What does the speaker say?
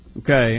Okay